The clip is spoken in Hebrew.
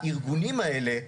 הארגונים האלה,